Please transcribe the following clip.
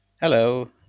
Hello